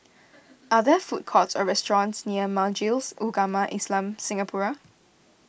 are there food courts or restaurants near Majlis Ugama Islam Singapura